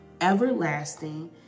everlasting